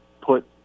put